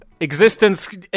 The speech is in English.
Existence